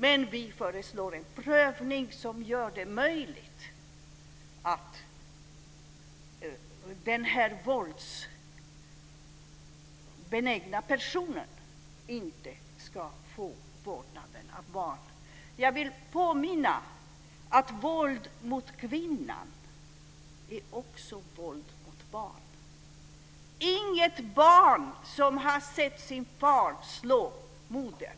Men vi föreslår en prövning som gör det möjligt att den här våldsbenägna personen inte ska få vårdnaden av barn. Jag vill påminna om att våld mot kvinnor också är våld mot barn. Inget barn som har sett sin far slå modern